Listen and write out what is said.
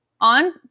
on